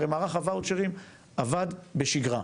הרי מערך הוואוצ'רים עבד בשגרה,